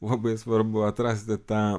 labai svarbu atrasti tą